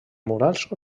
murals